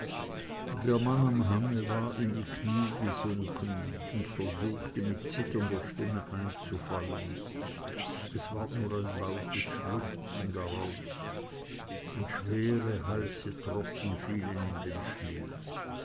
der mann am hange war in die knie gesunken und versuchte mit zitternder stimme einzufallen es ward nur ein lautes schluchzen daraus und schwere heiße tropfen fielen in den schnee